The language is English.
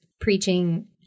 preaching